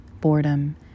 boredom